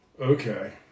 Okay